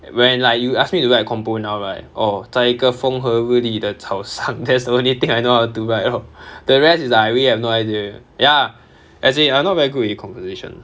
when like you ask me to write compo now right oh 在一个风和日丽的早上 that's the only thing I know how to write the rest is like I really have no idea ya as in I'm not very good with composition ah